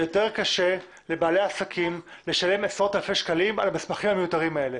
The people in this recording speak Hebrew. יותר קשה לבעלי עסקים לשלם עשרות אלפי שקלים על המסמכים המיותרים האלה.